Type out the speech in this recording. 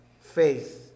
faith